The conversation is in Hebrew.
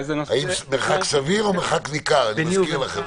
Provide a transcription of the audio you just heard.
אני יכול לברר.